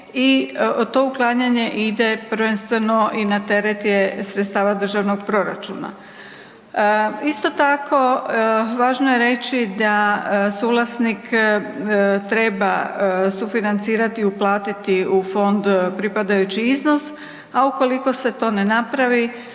i to uklanjanje ide prvenstveno i na teret je sredstava državnog proračuna. Isto tako, važno je reći da suvlasnik treba sufinancirati i uplatiti u fond pripadajući iznos, a ukoliko se to ne napravi